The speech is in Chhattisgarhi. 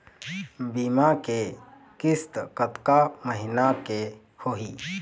बीमा के किस्त कतका महीना के होही?